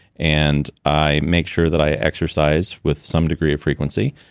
and i make sure that i exercise with some degree of frequency,